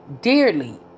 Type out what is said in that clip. dearly